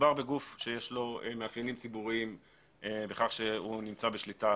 מדובר בגוף שיש לו מאפיינים ציבוריים בכך שהוא נמצא בשליטה